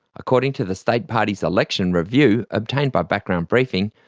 according to the state party's election review, obtained by background briefing,